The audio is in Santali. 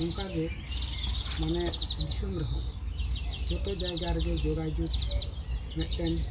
ᱱᱚᱝᱠᱟᱜᱮ ᱢᱟᱱᱮ ᱫᱤᱥᱚᱢ ᱨᱮᱦᱚᱸ ᱡᱚᱛᱚ ᱡᱟᱭᱜᱟ ᱨᱮᱜᱮ ᱡᱳᱜᱟᱡᱳᱜᱽ ᱢᱤᱫᱴᱮᱱ